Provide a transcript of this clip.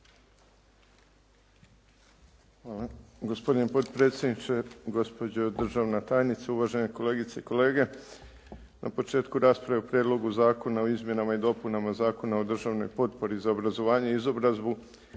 Hvala. Gospodine potpredsjedniče, gospođo državna tajnice, uvažene kolegice i kolege. Na početku rasprave o Prijedlogu zakona o izmjenama i dopunama Zakona o državnoj potpori za obrazovanje i izobrazbu